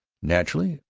naturally,